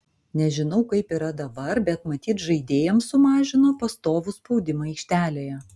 nežinau kaip yra dabar bet matyt žaidėjams sumažino pastovų spaudimą aikštelėje